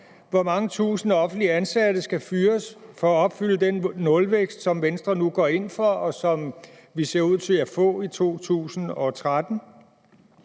Hvor mange tusinde offentligt ansatte skal fyres for at opnå den nulvækst, som Venstre nu går ind for, og som vi ser ud til at få i 2013?